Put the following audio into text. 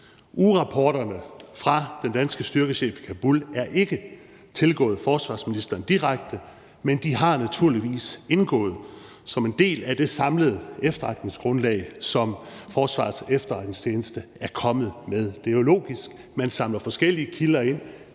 Ugerapporterne fra den danske styrkechef i Kabul er ikke tilgået forsvarsministeren direkte, men de er naturligvis indgået som en del af det samlede efterretningsgrundlag, som Forsvarets Efterretningstjeneste er kommet med. Det er jo logisk. Man samler forskellige kilder ind,